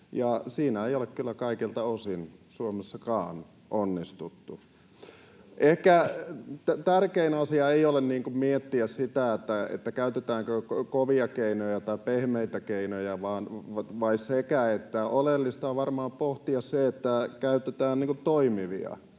siinä ei ole kyllä kaikilta osin Suomessakaan onnistuttu. [Petri Huru: No ei todellakaan!] Ehkä tärkein asia ei ole miettiä sitä, käytetäänkö kovia keinoja vai pehmeitä keinoja vai sekä että. Oleellista on varmaan pohtia, että käytetään toimivia